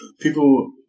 people